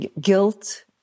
guilt